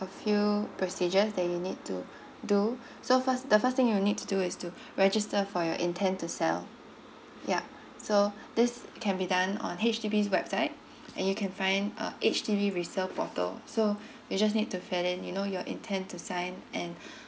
a few procedures that you need to do so first the first thing you need to do is to register for your intent to sell yeah so this can be done on H_D_B website and you can find uh H_D_B resell portal so you just need to fill in you know your intend to sign and